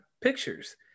pictures